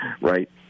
right